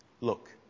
Look